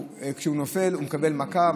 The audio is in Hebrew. כשהוא נופל הוא מקבל מכה,